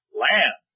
land